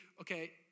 okay